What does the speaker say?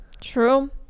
True